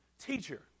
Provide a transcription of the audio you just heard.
teacher